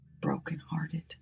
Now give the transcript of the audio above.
brokenhearted